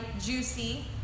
juicy